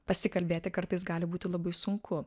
pasikalbėti kartais gali būti labai sunku